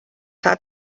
hat